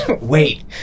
Wait